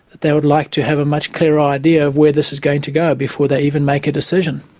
they would like to have a much clearer idea of where this is going to go before they even make a decision.